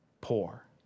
poor